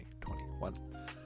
2021